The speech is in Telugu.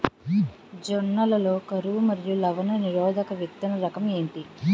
జొన్న లలో కరువు మరియు లవణ నిరోధక విత్తన రకం ఏంటి?